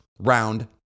round